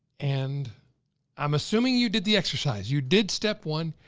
and i'm assuming you did the exercise. you did step one.